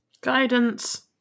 Guidance